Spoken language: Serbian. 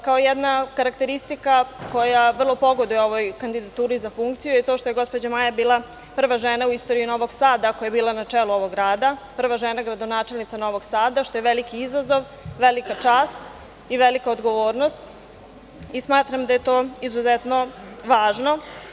Kao jedna karakteristika koja vrlo pogoduje ovoj kandidaturi za funkciju je to što je gospođa Maja bila prva žena u istoriji Novog Sada, koja je bila na čelu ovog grada, prva žena gradonačelnica Novog Sada, što je veli izazov, velika čast i velika odgovornost i smatram da je to izuzetno važno.